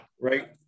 Right